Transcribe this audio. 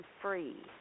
free